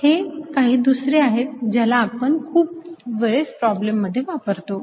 हे काही दुसरे आहेत ज्याला आपण खूप वेळेस प्रॉब्लेम मध्ये वापरतो